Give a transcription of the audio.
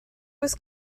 was